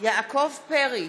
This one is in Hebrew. יעקב פרי,